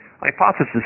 Hypothesis